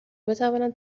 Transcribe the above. بتوانند